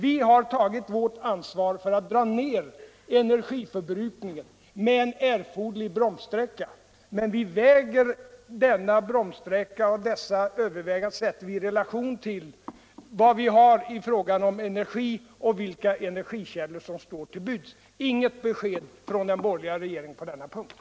Vi har tagit vårt ansvar för att dra ner energiförbrukningen med en erforderlig bromssträcka, men vi sätter denna bromsstricka och dessa överväganden i relation till vad vi har i fråga om energi och vilka energikällor som står till buds. Vi har inte fått något besked tfrån den borgerliga regeringen på denna punkt.